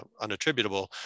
unattributable